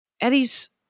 Eddie's